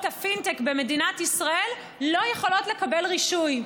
הפינטק במדינת ישראל לא יכולות לקבל רישיון.